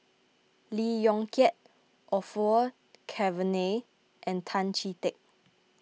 Lee Yong Kiat Orfeur Cavenagh and Tan Chee Teck